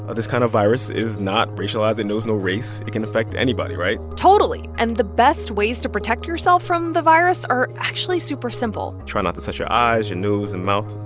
ah this kind of virus is not racialized. it knows no race. it can affect anybody, right? totally. and the best ways to protect yourself from the virus are actually super simple try not to touch your eyes, your and nose and mouth.